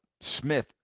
Smith